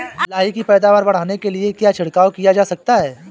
लाही की पैदावार बढ़ाने के लिए क्या छिड़काव किया जा सकता है?